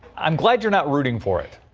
i'm glad you're not rooting for it.